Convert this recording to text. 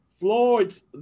Floyd's